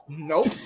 Nope